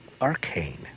Arcane